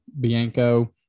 Bianco